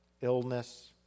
Illness